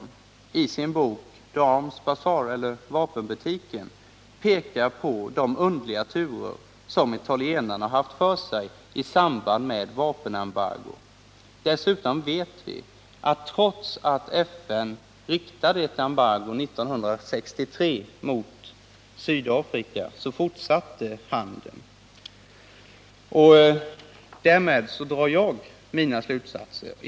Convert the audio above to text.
Han pekar i sin bok ”The Arms Bazaar” eller ”Vapenbutiken” på de underliga turer som italienarna gjorde i samband med vapenembargot. Dessutom vet vi att handeln fortsatte, trots att FN 1963 riktade ett embargo mot Sydafrika. Därav drar jag mina slutsatser.